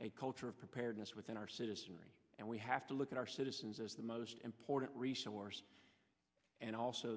a culture of preparedness within our citizenry and we have to look at our citizens as the most important resource and also